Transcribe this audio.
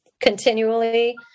continually